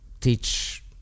teach